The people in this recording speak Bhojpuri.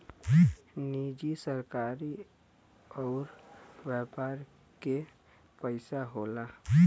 निजी सरकारी अउर व्यापार के पइसा होला